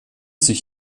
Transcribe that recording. sich